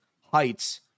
heights